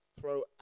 throw